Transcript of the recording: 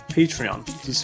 Patreon